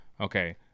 Okay